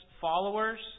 followers